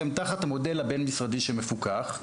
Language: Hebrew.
הם תחת המודל הבין משרדי המפוקח,